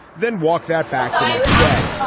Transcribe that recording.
then walk that back the next day.